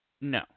No